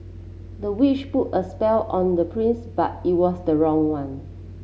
the witch put a spell on the prince but it was the wrong one